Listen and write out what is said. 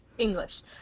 English